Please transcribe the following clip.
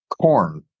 corn